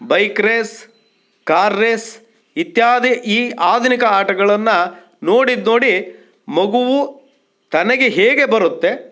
bike race car race ಇತ್ಯಾದಿ ಈ ಆಧುನಿಕ ಆಟಗಳನ್ನು ನೋಡಿದ ನೋಡಿ ಮಗುವೂ ತನಗೆ ಹೇಗೆ ಬರುತ್ತೆ